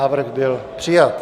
Návrh byl přijat.